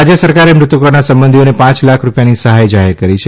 રાજય સરકારે મૃતકોના સંબંધીને પાંચ લાખ રૂપિયાની સહાય જાહેર કરી છે